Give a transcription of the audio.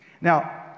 Now